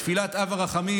בתפילת אב הרחמים,